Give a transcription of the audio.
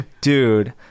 dude